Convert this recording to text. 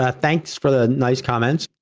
ah thanks for the nice comments.